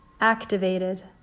activated